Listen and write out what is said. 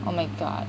oh my god